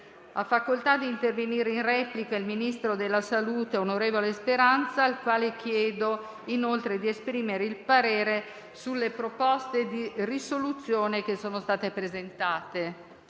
Ha facoltà di intervenire il ministro della salute, onorevole Speranza, al quale chiedo anche di esprimere il parere sulle proposte di risoluzione presentate.